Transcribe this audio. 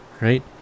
Right